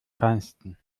feinsten